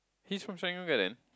he's from Serangoon-Garden